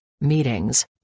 meetings